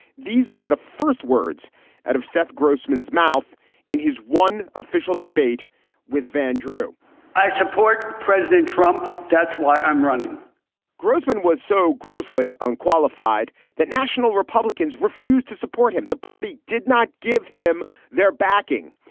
these were the first words out of seth grossman's mouth in his one official debate with van drew i support president trump. that's why i'm running grossman was so grossly unqualified that national republicans refused to support him. the party did not give him their backing.